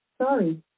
Sorry